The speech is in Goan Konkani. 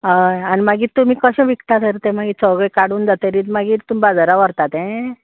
हय आनी मागीर तुमी कशें विकता तर तें मागीर सगळें काडून जातरीर मागीर तुमी बाजारांत व्हरता तें